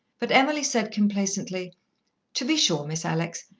but emily said complacently to be sure, miss alex!